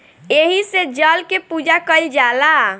एही से जल के पूजा कईल जाला